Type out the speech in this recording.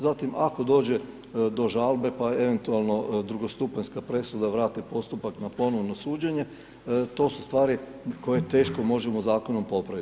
Zatim ako dođe do žalbe, pa eventualno drugostupanjska presuda, vrate postupak na ponovno suđenje, to su stvari koje teško možemo zakonom popraviti.